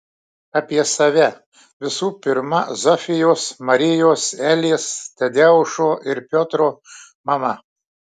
apie save visų pirma zofijos marijos elės tadeušo ir piotro mama